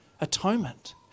atonement